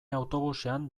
autobusean